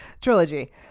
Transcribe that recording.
trilogy